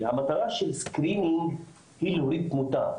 המטרה של SCREENING היא להוריד תמותה,